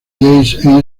jesse